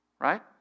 right